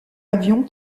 avions